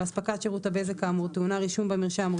ואספקת שירות הבזק כאמור טעונה רישום במרשם או